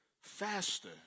faster